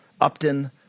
Upton